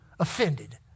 offended